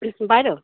বাইদেউ